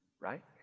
Right